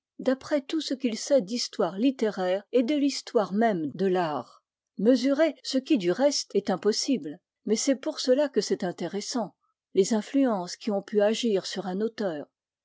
d'après tout ce qu'il sait d'histoire littéraire et de l'histoire même de l'art mesurer ce qui du reste est impossible mais c'est pour cela que c'est intéressant les influences qui ont pu agir sur un auteur